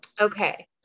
Okay